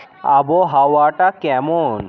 আবহাওয়াটা কেমন